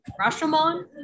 Rashomon